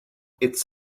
it’s